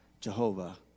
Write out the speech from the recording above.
Jehovah